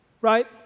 right